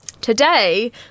Today